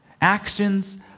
Actions